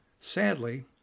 sadly